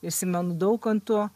įsimenu daukanto